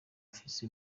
afise